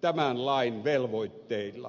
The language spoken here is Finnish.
tämän lain velvoitteilla